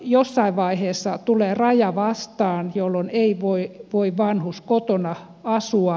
jossain vaiheessa tulee raja vastaan jolloin vanhus ei voi kotona asua